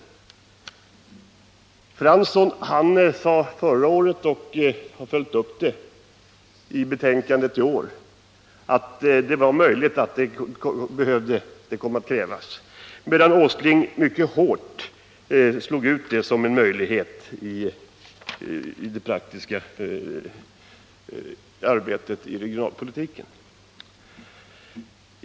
Arne Fransson sade förra året, och han har följt upp det i betänkandet i år, att det var möjligt att det skulle komma att krävas etableringskontroll, medan Nils Åsling hårt slog ut det som en möjlighet i det praktiska arbetet i regionalpolitiken.